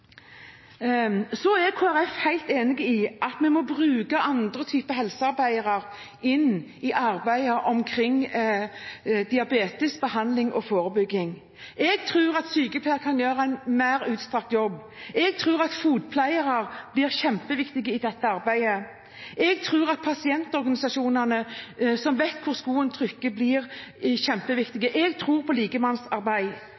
enig i at vi må bruke andre typer helsearbeidere i arbeidet med diabetesbehandling og -forebygging. Jeg tror at sykepleiere kan gjøre en mer utstrakt jobb, og jeg tror at fotpleiere blir viktige i dette arbeidet. Jeg tror at pasientorganisasjonene, som vet hvor skoen trykker, blir